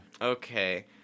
Okay